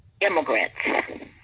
immigrants